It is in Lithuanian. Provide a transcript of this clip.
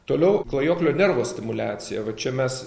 toliau klajoklio nervo stimuliacija va čia mes